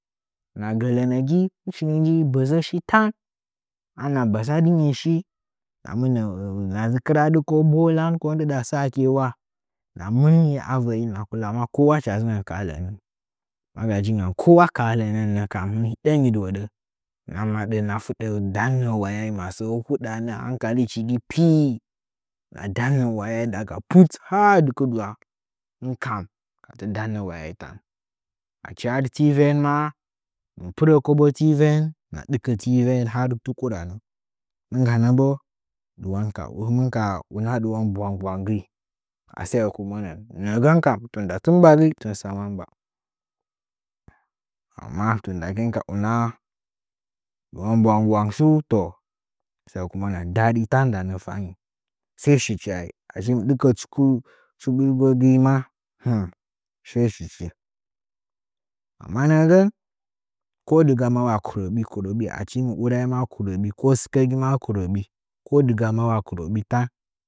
Hɨna gə lənəgi bəzəshi tanana bazadɨshing hɨna dzi kɨradɨ ko bolandɨɗa sayechi ula hɨna mɨnɨn avə’i hɨna kula kəwa hɨda dzɨngən ka lənə ma ga jingən kowoka lənən kambu hɨn hidəngi dɨhoɗə hɨn a maɗə hina fuɗə dannə walpi masəə hudənə hankalichigi pii dannə wayai daga put has dɨ kɨdɨwa hɨnkam sai dannə wayai achi har tiven maa mɨ pɨrə kobo tiven hɨna dɨkə tiveing ha tukurənə nɨnggənəbo hɨmɨn ka una dɨwan bwang bwang gəi a sayekunəngən kam nə’ə gənkan tɨn tsaman ba amma tunda hɨkika una dɨwon bwang bwang tsu to sayekunəngən daɗe ndana fangi sai shichi ai ahiu dɨkə shigu shigu maa sai hi chi amma nə’əgən ko dɨga za sai kurəɓi kurəɓə ahim urai sɨkəgi maa kurəɓi kurəɓi ten.